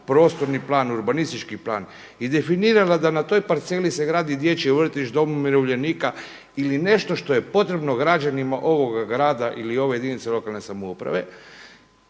prostorni plan, urbanistički plan i definirala da na toj parceli se gradi dječji vrtić, dom umirovljenika ili nešto što je potrebno građanima ovoga grada ili ove jedinice lokalne samouprave,